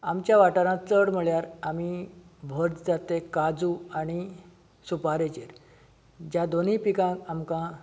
आमच्या वाठारांत चड म्हळ्यार आमी व्हड जातेक काजू आनी सुपारीचेर ज्या दोनूय पिकांक आमकां